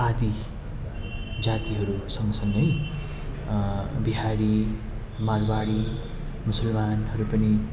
आदि जातिहरू सँगसँगै बिहारी मारवाडी मुसलमानहरू पनि